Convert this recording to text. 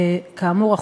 כאמור,